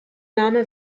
name